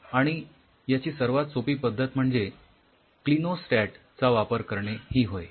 आणि याची सर्वात सोपी पद्धत म्हणजे क्लिनोस्टॅट चा वापर करणे ही होय